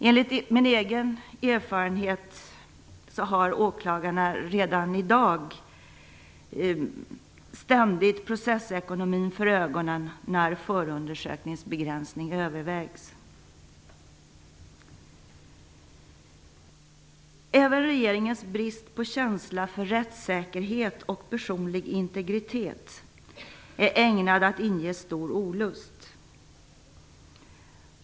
Enligt min egen erfarenhet har åklagarna redan i dag ständigt processekonomin för ögonen när förundersökningsbegränsning övervägs. Även regeringens brist på känsla för rättssäkerhet och personlig integritet är ägnad att inge stor olust.